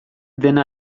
dena